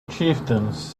chieftains